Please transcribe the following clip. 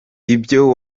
ibyo